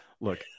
look